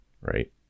right